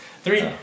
Three